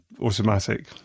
automatic